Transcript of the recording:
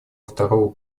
второго